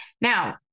Now